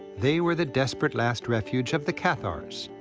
they were the desperate last refuge of the cathars,